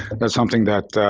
and that's something that